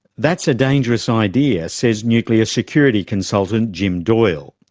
that's a dangerous idea, says nuclear security consultant, jim doyle.